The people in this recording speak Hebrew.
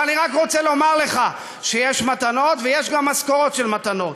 אבל אני רק רוצה לומר לך שיש מתנות ויש גם משכורת של מתנות,